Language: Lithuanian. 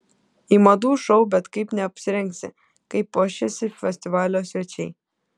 į madų šou bet kaip neapsirengsi kaip puošėsi festivalio svečiai